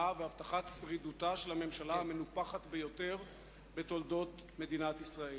והבטחת שרידותה של הממשלה המנופחת ביותר בתולדות מדינת ישראל.